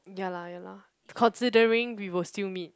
ya lah ya lah considering we would still meet